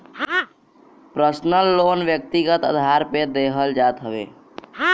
personal loan व्यक्तिगत आधार पे देहल जात हवे